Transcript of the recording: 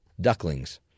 ducklings